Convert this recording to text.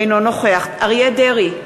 אינו נוכח אריה דרעי,